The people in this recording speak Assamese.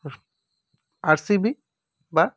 আৰ চি বি বা